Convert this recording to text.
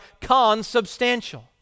consubstantial